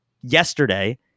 yesterday